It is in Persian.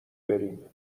بریم